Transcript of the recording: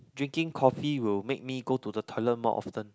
drinking coffee will make me go to the toilet more often